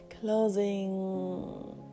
closing